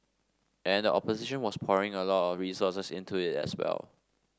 and the opposition was pouring a lot of resources into it as well